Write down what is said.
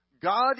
God